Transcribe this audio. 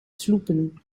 sloepen